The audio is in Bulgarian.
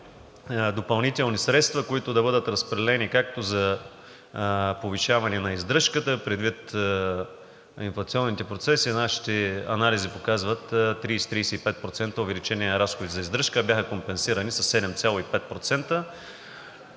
допълнителни средства, които да бъдат разпределени както за повишаване на издръжката. Предвид инфлационните процеси нашите анализи показват 30 – 35% увеличение на разходите за издръжка, а бяха компенсирани със 7,5%.